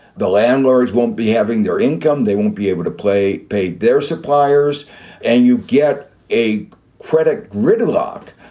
the landlords won't be having their income. they won't be able to play paid their suppliers and you get a credit gridlock,